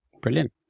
Brilliant